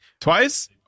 Twice